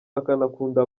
akanakunda